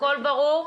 הכול ברור.